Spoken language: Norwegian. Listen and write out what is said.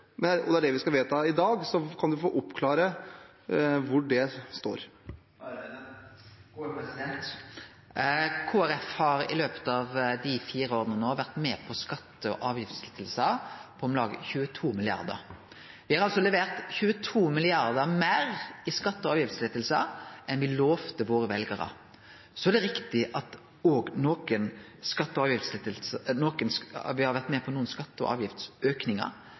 men det ligger ingen endring inne i finansinnstillingen, og det ligger ingen forslag på bordet. Hvor kommer den endringen? Finansieringen er lagt inn, man skal stramme inn for langtransportsjåfører, og det er det vi skal vedta i dag. Så kan representanten oppklare hvor det står? Kristeleg Folkeparti har i løpet av dei fire åra vore med på ei skatte- og avgiftslette på om lag 22 mrd. kr. Me har altså levert 22 mrd. kr meir i skatte- og avgiftslette enn me lovde veljarane våre. Det er